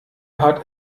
hat